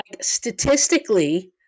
Statistically